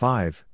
Five